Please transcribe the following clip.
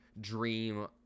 dream